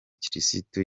kristu